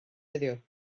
heddiw